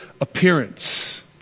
appearance